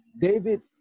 David